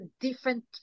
different